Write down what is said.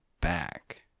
back